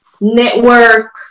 network